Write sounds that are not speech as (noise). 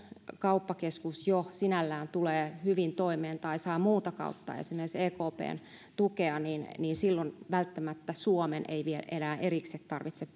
kauppakeskus jo sinällään tulee hyvin toimeen tai saa muuta kautta esimerkiksi ekpn tukea niin niin silloin välttämättä suomen ei enää erikseen tarvitse (unintelligible)